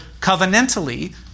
covenantally